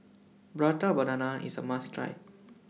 Prata Banana IS A must Try